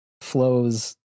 flows